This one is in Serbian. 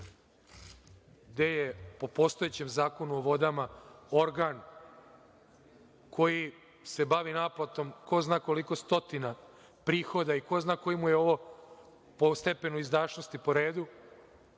gde je po postojećem Zakonu o vodama organ koji se bavi naplatom ko zna koliko stotina prihoda i ko zna koji mu je ovo po stepenu izdašnosti po redu.